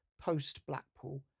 post-Blackpool